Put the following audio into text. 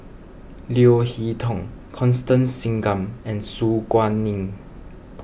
Leo Hee Tong Constance Singam and Su Guaning